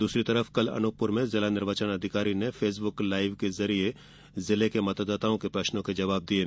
दूसरी ओर कल अनूपपुर में जिला निर्वाचन अधिकारी ने फेसबुक लाईव के जरिए जिले के मतदाताओं के प्रश्नों के जवाब दिये